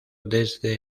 desde